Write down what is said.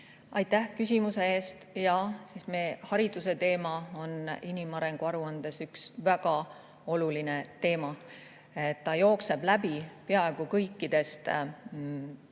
Aitäh küsimuse eest! Jaa, hariduse teema on inimarengu aruandes üks väga oluline teema. Ta jookseb läbi peaaegu kõikidest